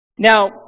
Now